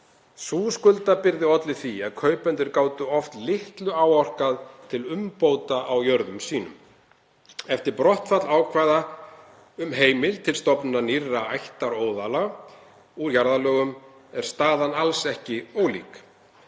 Sú skuldabyrði olli því að kaupendur gátu oft litlu áorkað til umbóta á jörðum sínum. Eftir brottfall ákvæða um heimild til stofnunar nýrra ættaróðala úr jarðalögum er staðan alls ekki ólík.